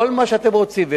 כל מה שאתם רוצים.